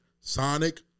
Sonic